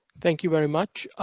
thank you very much.